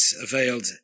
availed